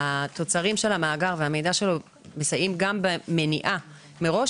התוצרים של המאגר והמידע שלו מסייעים גם במניעה מראש